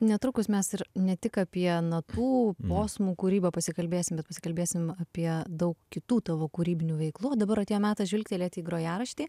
netrukus mes ir ne tik apie natų posmų kūrybą pasikalbėsim bet pasikalbėsim apie daug kitų tavo kūrybinių veiklų o dabar atėjo metas žvilgtelėti į grojaraštį